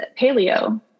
paleo